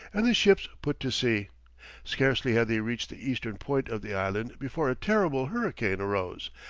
and the ships put to sea scarcely had they reached the eastern point of the island before a terrible hurricane arose,